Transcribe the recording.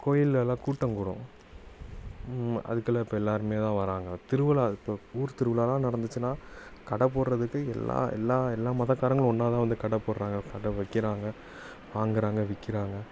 கோயில்லேல்லாம் கூட்டம் கூடும் அதுக்கெல்லாம் இப்போ எல்லோருமே தான் வர்றாங்க திருவிழா இப்போ ஊர் திருவிழாலாம் நடந்துச்சுனால் கடை போடுறதுக்கு எல்லா எல்லா எல்லா மதக்காரங்களும் ஒன்றா தான் வந்து கடை போடுறாங்க கடை வைக்கிறாங்க வாங்குறாங்க விற்கிறாங்க